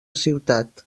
ciutat